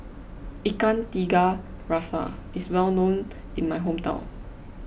Ikan Tiga Rasa is well known in my hometown